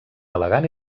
elegant